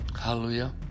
Hallelujah